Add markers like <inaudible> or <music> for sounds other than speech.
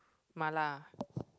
mala <noise>